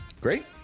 great